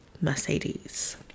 Mercedes